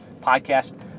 podcast